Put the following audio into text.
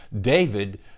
David